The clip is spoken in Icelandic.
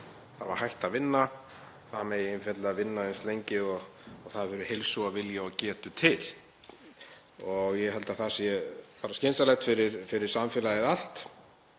þarf að hætta að vinna, að það megi einfaldlega vinna eins lengi og það hefur heilsu, vilja og getu til. Ég held að það sé bara skynsamlegt fyrir samfélagið allt.